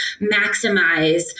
maximize